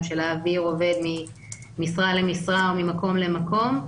להעביר עובד ממשרה למשרה או ממקום למקום,